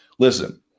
Listen